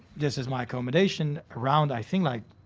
this is my accommodation, around i think, like,